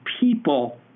people